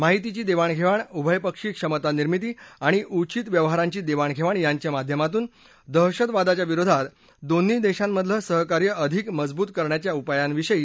माहितीची देवाण घेवाण उभयपक्षी क्षमता निर्मिती आणि उचित व्यवहारांची देवाण घेवाण यांच्या माध्यमातून दहशतवादाच्या विरोधात दोन्ही देशांमधलं सहकार्य अधिक मजवूत करण्याच्या उपायांविषयी या बैठकीत चर्चा झाली